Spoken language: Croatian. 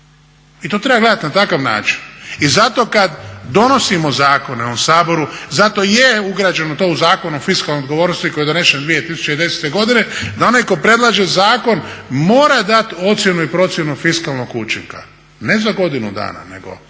I to treba gledati na takav način. I zato kad donosimo zakone u ovom Saboru zato je to ugrađeno u Zakon o fiskalnoj odgovornosti koji je donesen 2010. godine da onaj tko predlaže zakon mora dati ocjenu i procjenu fiskalnog učinka, ne za godinu dana nego